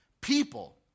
People